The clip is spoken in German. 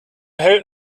hält